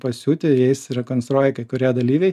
pasiūti jais rekonstruoja kai kurie dalyviai